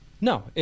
No